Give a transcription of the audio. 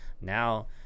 now